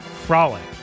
frolic